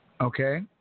Okay